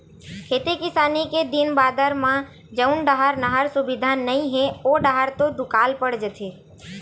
खेती किसानी के दिन बादर म जउन डाहर नहर सुबिधा नइ हे ओ डाहर तो दुकाल पड़ जाथे